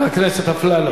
איפה הדיור?